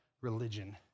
religion